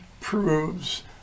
proves